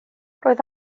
roedd